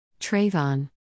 Trayvon